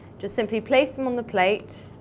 just simply place them on the plate.